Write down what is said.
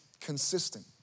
Consistent